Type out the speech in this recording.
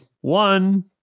one